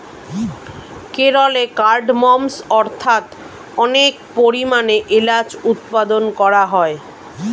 কেরলে কার্ডমমস্ অর্থাৎ অনেক পরিমাণে এলাচ উৎপাদন করা হয়